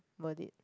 worth it